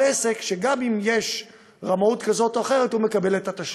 עסק שגם אם יש רמאות כזאת או אחרת הוא מקבל את התשלום.